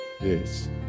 Yes